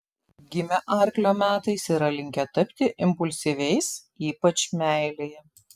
gimę arklio metais yra linkę tapti impulsyviais ypač meilėje